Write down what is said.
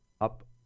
up